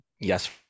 yes